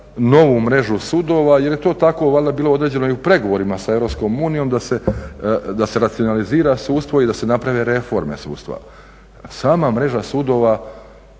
novu mrežu sudova jer je to tako valjda bilo određeno i u pregovorima sa EU da se racionalizira sudstvo i da se naprave reforme sudstva. Sama mreža sudova,